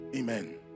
Amen